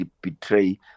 betray